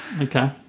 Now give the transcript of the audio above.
Okay